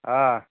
ആ